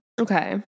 Okay